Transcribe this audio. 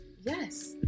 Yes